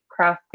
crafting